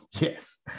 Yes